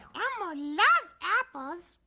elmo loves apples.